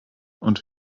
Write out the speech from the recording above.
und